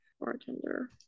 Bartender